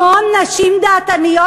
המון נשים דעתניות,